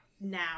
Now